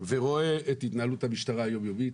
ורואה את התנהלות המשטרה היום-יומית,